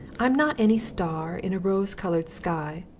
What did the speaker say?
i'm not any star in a rose-coloured sky,